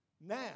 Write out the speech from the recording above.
now